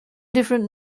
different